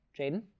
Jaden